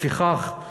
לפיכך,